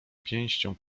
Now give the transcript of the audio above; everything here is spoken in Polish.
pięścią